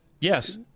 Yes